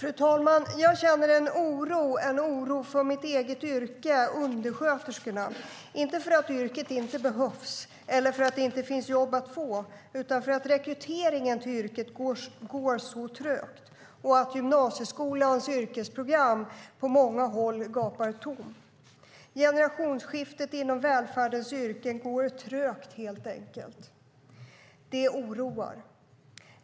Fru talman! Jag känner en oro för mitt eget yrke, undersköterskorna, inte för att yrket inte behövs eller för att det inte finns jobb att få utan för att rekryteringen till yrket går så trögt. På många håll gapar gymnasieskolans yrkesprogram tomt. Generationsskiftet inom välfärdens yrken går helt enkelt trögt. Det oroar.